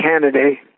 Kennedy